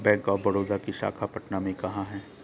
Bank of Baroda की शाखा पटना में कहाँ है?